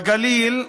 בגליל,